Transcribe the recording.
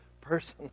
person